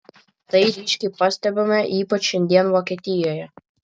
tai ryškiai pastebime ypač šiandien vokietijoje